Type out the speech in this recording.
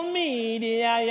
media